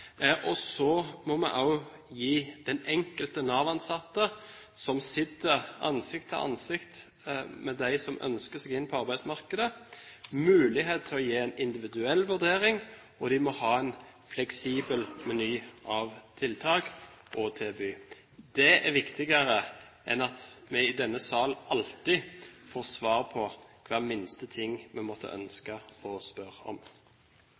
og så må vi også gi den enkelte Nav-ansatte, som sitter ansikt til ansikt med dem som ønsker seg inn på arbeidsmarkedet, mulighet til å gjøre en individuell vurdering, og de må ha en fleksibel meny av tiltak å tilby. Det er viktigere enn at vi i denne sal alltid får svar på hver minste ting vi måtte ønske å spørre om.